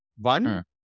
One